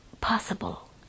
possible